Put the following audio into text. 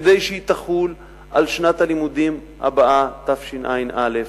כדי שהיא תחול על שנת הלימודים הבאה, התשע"א.